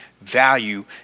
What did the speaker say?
value